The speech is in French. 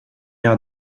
air